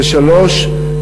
והשלישית,